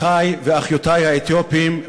אחי ואחיותי האתיופים,